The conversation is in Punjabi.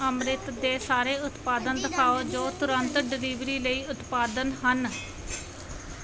ਅੰਮ੍ਰਿਤ ਦੇ ਸਾਰੇ ਉਤਪਾਦਨ ਦਿਖਾਓ ਜੋ ਤੁਰੰਤ ਡਿਲੀਵਰੀ ਲਈ ਉਤਪਾਦਨ ਹਨ